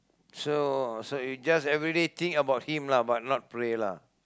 so so you just every day think about him lah but not pray lah